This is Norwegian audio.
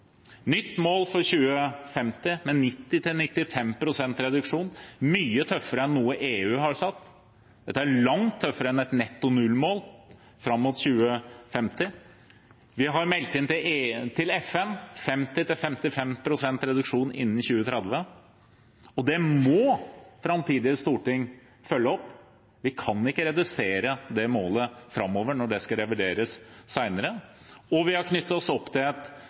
Nytt mål for 2050 er 90–95 pst. reduksjon. Det er mye tøffere enn noe mål EU har satt. Dette er langt tøffere enn et netto null-mål fram mot 2050. Vi har meldt inn til FN 50–55 pst. reduksjon innen 2030, og det må framtidige storting følge opp. Vi kan ikke redusere det målet framover, når det skal revideres senere. Vi har knyttet oss opp til et